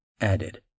added